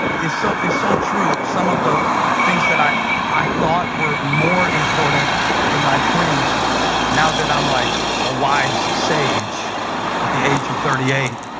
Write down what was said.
so is so true some of the things that i i thought were more important in my twenty s now that i'm like a wise sage at the age of thirty eight